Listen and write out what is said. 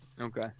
Okay